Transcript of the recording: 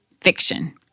fiction